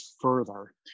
further